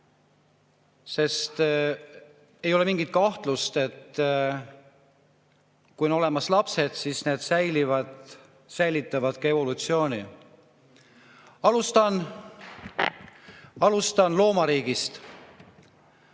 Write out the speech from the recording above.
sest ei ole mingit kahtlust, et kui on olemas lapsed, siis need säilitavad ka evolutsiooni. Alustan loomariigist.